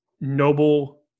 Noble